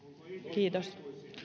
kiitos